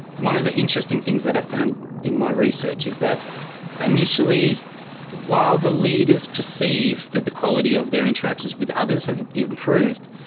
one of the interesting things that i found in my research is that initially while the leaders perceive that the quality of their interactions with others have improved,